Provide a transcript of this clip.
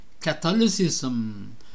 Catholicism